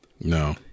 No